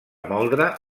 moldre